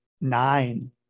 nine